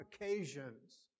occasions